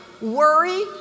worry